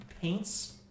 Paints